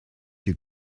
you